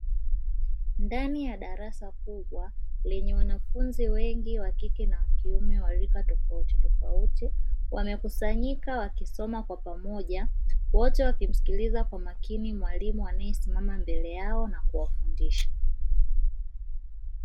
Ndani ya darasa kubwa lenye wanafunzi wengi wa kike na wakiume wa rika tofautitofauti, wamekusanyika wakisoma kwa pamoja, wote wakimsikiliza kwa makini mwalimu anayesimama mbele yao na kuwafundisha.